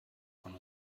von